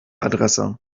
adresse